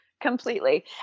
completely